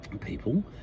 people